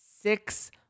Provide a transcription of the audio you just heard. six